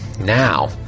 now